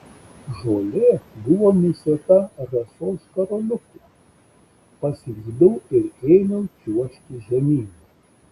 žolė buvo nusėta rasos karoliukų paslydau ir ėmiau čiuožti žemyn